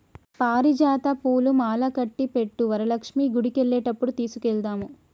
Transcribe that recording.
పారిజాత పూలు మాలకట్టి పెట్టు వరలక్ష్మి గుడికెళ్లేటప్పుడు తీసుకెళదాము